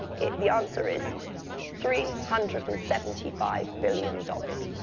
the answer is three hundred and seventy five billion dollars.